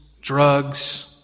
drugs